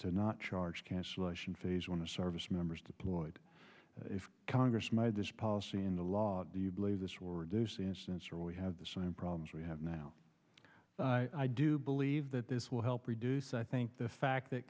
to not charge cancellation fees when the service members deployed if congress made this policy in the law do you believe this will reduce the instance or we have the same problems we have now i do believe that this will help reduce i think the fact that